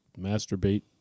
masturbate